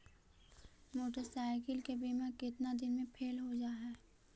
Motorcycle के बिमा केतना दिन मे फेल हो जा है?